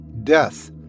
death